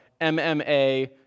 MMA